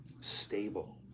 stable